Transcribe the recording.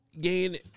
gain